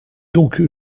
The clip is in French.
donc